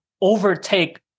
overtake